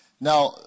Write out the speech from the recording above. Now